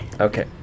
Okay